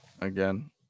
again